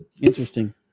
Interesting